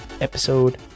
episode